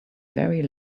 very